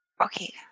Okay